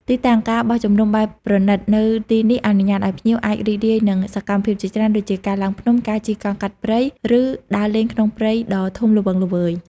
ទីតាំង ការបោះជំរំបែបប្រណីត នៅទីនេះអនុញ្ញាតឲ្យភ្ញៀវអាចរីករាយនឹងសកម្មភាពជាច្រើនដូចជា ការឡើងភ្នំ ការជិះកង់កាត់ព្រៃ ឬដើរលេងក្នុងព្រៃដ៏ធំល្វឹងល្វើយ។